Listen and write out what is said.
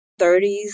30s